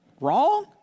wrong